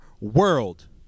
world